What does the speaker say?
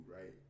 right